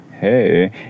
hey